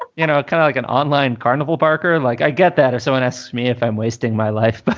you know, kind of like an online carnival barker. like, i get that. so it asks me if i'm wasting my life. but